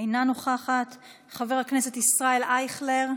אינה נוכחת, חבר הכנסת ישראל אייכלר,